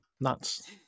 nuts